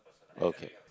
okay